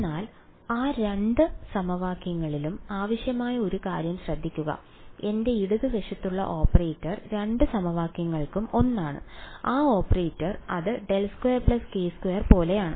എന്നാൽ ഈ രണ്ട് സമവാക്യങ്ങളിലും ആവശ്യമായ ഒരു കാര്യം ശ്രദ്ധിക്കുക എന്റെ ഇടതുവശത്തുള്ള ഓപ്പറേറ്റർ രണ്ട് സമവാക്യങ്ങൾക്കും ഒന്നാണ് ആ ഓപ്പറേറ്റർ അത് ∇2 k2 പോലെയാണ്